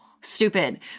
stupid